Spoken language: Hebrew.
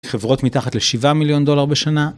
חברות מתחת לשבעה מיליון דולר בשנה.